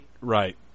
right